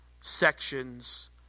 sections